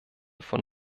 von